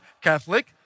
Catholic